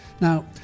Now